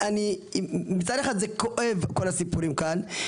מצד אחד זה כואב כל הסיפורים כאן,